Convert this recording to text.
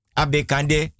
abekande